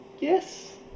yes